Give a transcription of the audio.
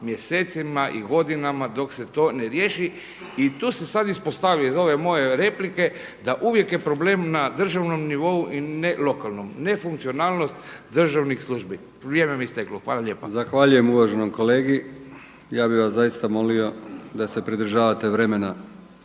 mjesecima i godinama dok se to ne riješi i tu se sad ispostavi iz ove moje replike da uvijek je problem na državnom nivou a ne lokalnom nefunkcionalnost državnih službi. Vrijeme mi je isteklo. Hvala lijepa. **Brkić, Milijan (HDZ)** Zahvaljujem uvaženom kolegi. Ja bih vas zaista molio da se pridržavate vremena